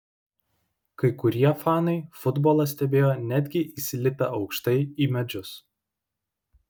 kai kurie fanai futbolą stebėjo netgi įsilipę aukštai į medžius